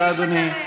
תמשיך לקלל.